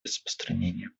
распространения